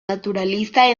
naturalista